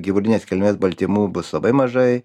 gyvulinės kilmės baltymų bus labai mažai